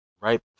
right